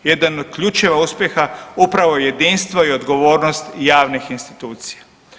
Jedan od ključeva uspjeha upravo je jedinstvo i odgovornost javnih institucija.